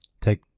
take